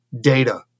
data